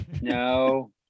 No